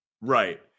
Right